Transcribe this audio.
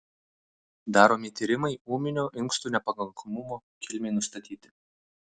daromi tyrimai ūminio inkstų nepakankamumo kilmei nustatyti